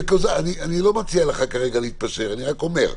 אני לא מציע לך כרגע להתפשר, אני רק אומר.